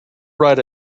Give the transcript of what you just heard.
ride